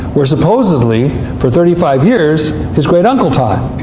where supposedly, for thirty five years, his great uncle taught.